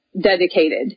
dedicated